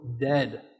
dead